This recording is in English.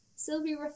Sylvie